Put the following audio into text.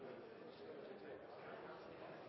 så litt til